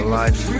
life